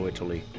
Italy